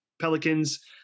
Pelicans